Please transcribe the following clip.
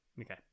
Okay